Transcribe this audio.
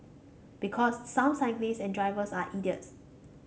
because some cyclists and drivers are idiots